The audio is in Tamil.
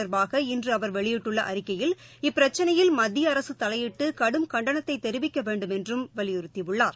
தொடர்பாக இன்றுஅவர் வெளியிட்டுள்ளஅறிக்கையில் இப்பிரச்சினையில் இவ மத்திய அரசுதலையிட்டுகடும் கண்டனத்தைதெரிவிக்கவேண்டுமென்றும் வலியுறுத்தியுள்ளார்